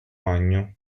magno